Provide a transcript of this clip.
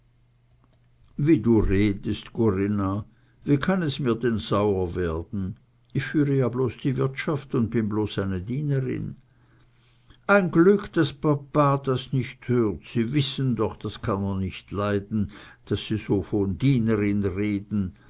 wie du nur redest corinna wie kann es mir denn sauer werden ich führe ja bloß die wirtschaft und bin bloß eine dienerin ein glück daß papa das nicht hört sie wissen doch das kann er nicht leiden daß sie so von dienerin reden